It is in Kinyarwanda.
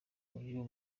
uyu